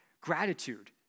gratitude